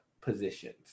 positions